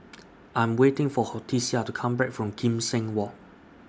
I Am waiting For Hortensia to Come Back from Kim Seng Walk